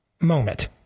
moment